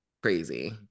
Crazy